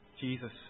Jesus